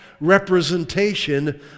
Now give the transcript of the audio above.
representation